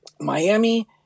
Miami